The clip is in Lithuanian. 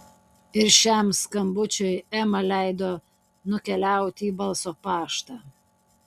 ir šiam skambučiui ema leido nukeliauti į balso paštą